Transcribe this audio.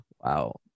Wow